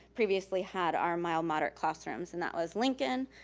previously had our mild moderate classrooms, and that was lincoln,